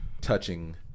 touching